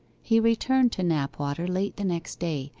he returned to knapwater late the next day,